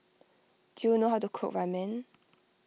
do you know how to cook Ramen